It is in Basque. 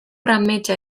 ametsa